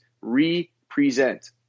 re-present